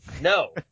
No